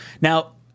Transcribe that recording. Now